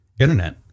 Internet